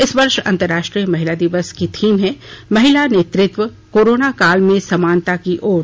इस वर्ष अंतर्राष्ट्रीय महिला दिवस की थीम है महिला नेतृत्वः कोरोनाकाल में समानता की ओर